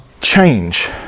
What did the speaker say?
change